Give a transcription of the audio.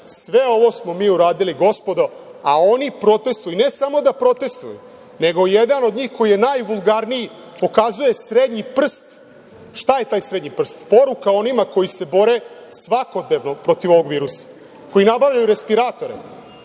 ovo smo mi uradili, gospodo, a oni protestvuju, ne samo da protestvuju nego jedan od njih koji je najvulgarniji pokazuje srednji prst. Šta je taj srednji prst? Poruka onima koji se bore svakodnevno protiv ovog virusa, koji nabavljaju respiratore.